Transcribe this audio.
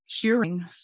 hearing